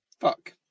fuck